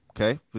Okay